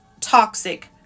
toxic